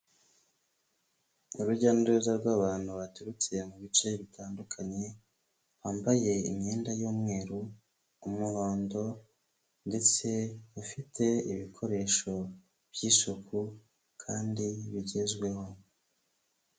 Urujya n'uruza rw'abantu baturutse mu bice bitandukanye, bambaye imyenda y'umweru, umuhondo ndetse bafite ibikoresho by'isuku kandi bigezweho.